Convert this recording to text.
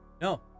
No